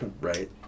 right